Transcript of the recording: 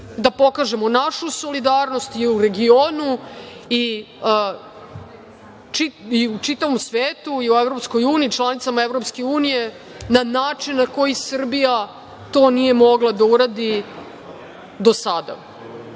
da pokažemo našu solidarnost i u regionu i u čitavom svetu i u EU, članicama EU na način na koji Srbija to nije mogla da uradi do sada.E